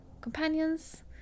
companions